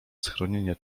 schronienie